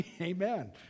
Amen